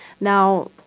Now